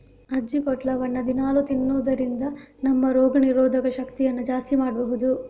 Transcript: ಅಜ್ಜಿಕೊಟ್ಲವನ್ನ ದಿನಾಲೂ ತಿನ್ನುದರಿಂದ ನಮ್ಮ ರೋಗ ನಿರೋಧಕ ಶಕ್ತಿಯನ್ನ ಜಾಸ್ತಿ ಮಾಡ್ಬಹುದು